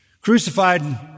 crucified